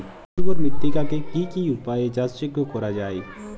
অনুর্বর মৃত্তিকাকে কি কি উপায়ে চাষযোগ্য করা যায়?